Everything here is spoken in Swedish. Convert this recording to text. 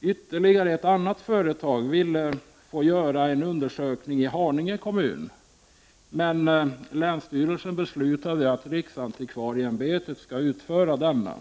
Ytterligare ett annat företag ville göra en undersökning i Haninge kommun, men länsstyrelsen beslutade att riksantikvarieämbetet skall utföra denna.